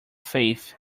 faith